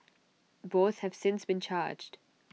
both have since been charged